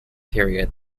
period